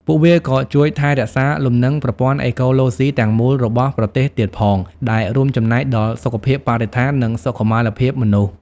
ពួកវាក៏ជួយថែរក្សាលំនឹងប្រព័ន្ធអេកូឡូស៊ីទាំងមូលរបស់ប្រទេសទៀតផង ដែលរួមចំណែកដល់សុខភាពបរិស្ថាន និងសុខុមាលភាពមនុស្ស។